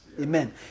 Amen